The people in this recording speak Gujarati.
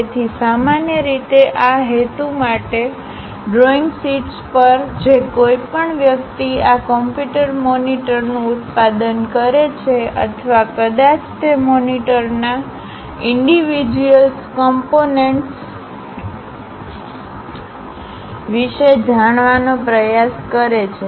તેથી સામાન્ય રીતે આ હેતુ માટે ડ્રોઈંગ શીટ્સ પર જે કોઈપણ વ્યક્તિ આ કમ્પ્યુટર મોનિટરનું ઉત્પાદન કરે છે અથવા કદાચ તે મોનિટરના ઈન્ડીવિઝ્યુઅલ કમ્પોનન્ટ્સ વિશે જાણવાનો પ્રયાસ કરે છે